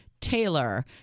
Taylor